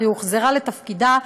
אך היא הוחזרה לתפקידה,